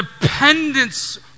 dependence